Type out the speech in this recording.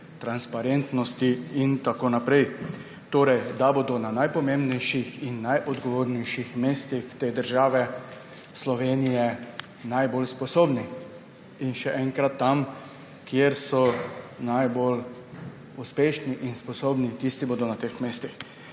transparentnosti in tako naprej, torej da bodo na najpomembnejših in najodgovornejših mestih države Slovenije najbolj sposobni. Še enkrat, tam, kjer so najbolj uspešni in sposobni, tam bodo na teh mestih,